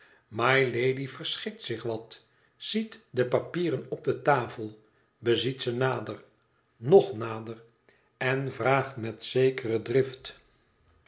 mylady verschikt zich wat ziet de papieren op de tafel beziet ze nader nog nader en vraagt met zekere drift